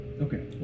Okay